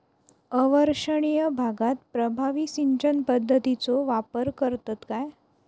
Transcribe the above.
अवर्षणिय भागात प्रभावी सिंचन पद्धतीचो वापर करतत काय?